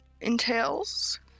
entails